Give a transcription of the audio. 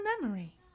memory